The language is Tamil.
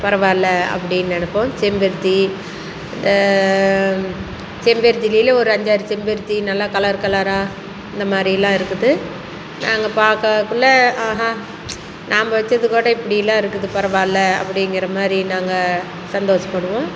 பரவாயில்ல அப்படின்னு நினைப்போம் செம்பருத்தி செம்பருத்தியிலேலே ஒரு அஞ்சாறு செம்பருத்தி நல்லா கலர் கலராக இந்தமாதிரியிலாம் இருக்குது நாங்கள் பார்க்கக்குள்ள ஆஹா நாம்ப வச்சதுக்கோட இப்படிலாம் இருக்குது பரவாயில்ல அப்படிங்கிறமாரி நாங்கள் சந்தோசப்படுவோம்